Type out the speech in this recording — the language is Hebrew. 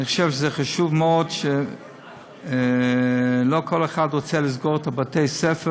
אני חושב שזה חשוב מאוד שלא כל אחד רוצה לסגור את בתי-הספר.